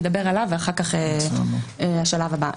נדבר עליו ואחר כך נעבור לשלב הבא.